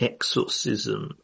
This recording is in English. Exorcism